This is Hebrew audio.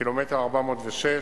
בקילומטר 406,